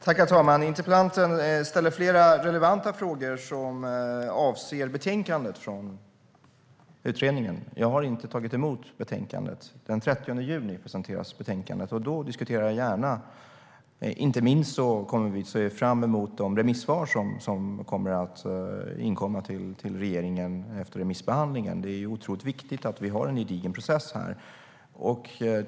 Herr talman! Interpellanten ställer flera relevanta frågor som avser betänkandet från utredningen. Jag har inte tagit emot betänkandet. Den 30 juni presenteras betänkandet, och då diskuterar jag gärna. Inte minst har vi att se fram emot de remissvar som kommer att inkomma till regeringen i och med remissbehandlingen. Det är viktigt att vi har en gedigen process här.